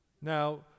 Now